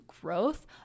growth